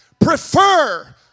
prefer